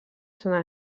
sant